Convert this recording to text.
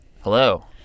Hello